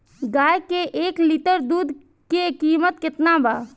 गाय के एक लीटर दूध के कीमत केतना बा?